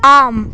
आम्